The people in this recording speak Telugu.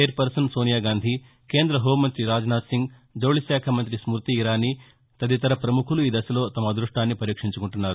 చైర్పర్సన్ సోనియాగాంధీ కేంద్ర హోంమంగ్రి రాజ్నాథ్సింగ్ జౌళిశాఖ మంత్రి స్మృతి ఇరానీ తదితర ప్రముఖులు ఈ దశలో తమ అద్భస్టాన్ని పరీక్షించుకుంటున్నారు